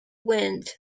wind